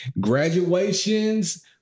graduations